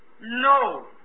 No